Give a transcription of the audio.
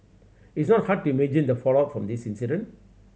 it's not hard to imagine the fallout from this incident